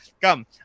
come